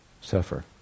suffer